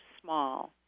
small